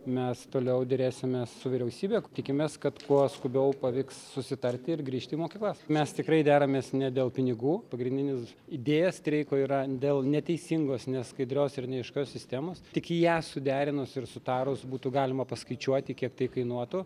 mes toliau derėsimės su vyriausybe tikimės kad kuo skubiau pavyks susitarti ir grįžti į mokyklas mes tikrai deramės ne dėl pinigų pagrindinis idėja streiko yra dėl neteisingos neskaidrios ir neaiškios sistemos tik ją suderinus ir sutarus būtų galima paskaičiuoti kiek tai kainuotų